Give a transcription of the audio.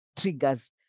triggers